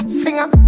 singer